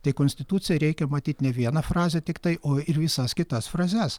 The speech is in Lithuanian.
tai konstitucijoj reikia matyt ne vieną frazę tiktai o ir visas kitas frazes